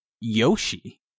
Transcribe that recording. Yoshi